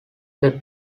then